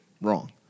wrong